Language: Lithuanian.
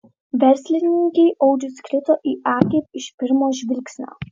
verslininkei audrius krito į akį iš pirmo žvilgsnio